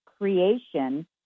creation